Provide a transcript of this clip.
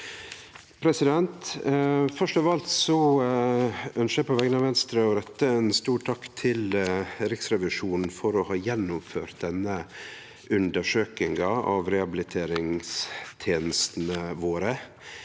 Først av alt øn- skjer eg på vegner av Venstre å rette ein stor takk til Riksrevisjonen for å ha gjennomført denne undersøkinga av rehabiliteringstenestene våre.